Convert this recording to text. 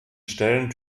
stellen